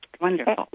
Wonderful